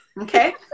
Okay